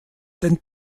den